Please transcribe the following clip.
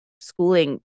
schooling